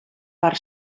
per